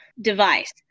device